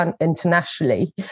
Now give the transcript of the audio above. internationally